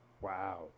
Wow